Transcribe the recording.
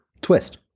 twist